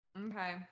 Okay